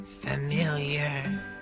familiar